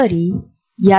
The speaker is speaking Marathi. आम्ही कधी जाऊ